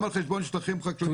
גם על חשבון שטחים חקלאיים,